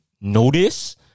notice